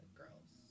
girls